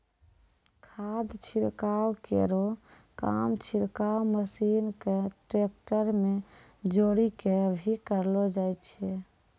खाद छिड़काव केरो काम छिड़काव मसीन क ट्रेक्टर में जोरी कॅ भी करलो जाय छै